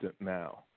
now